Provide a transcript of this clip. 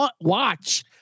watch